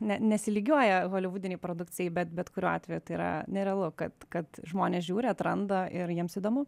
ne nesilygiuoja holivudinei produkcijai bet bet kuriuo atveju tai yra nerealu kad kad žmonės žiūri atranda ir jiems įdomu